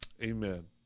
Amen